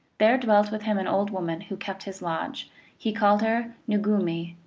there dwelt with him an old woman, who kept his lodge he called her noogumee,